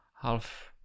half